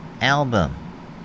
album